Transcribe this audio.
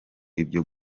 ibyo